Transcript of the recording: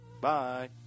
Bye